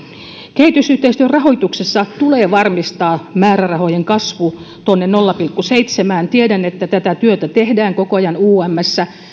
kehitysyhteistyörahoituksessa tulee varmistaa määrärahojen kasvu nolla pilkku seitsemään tiedän että tätä työtä tehdään koko ajan umssä